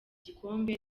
gikombe